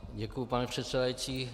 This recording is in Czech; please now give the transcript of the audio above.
Děkuji, pane předsedající.